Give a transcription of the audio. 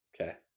okay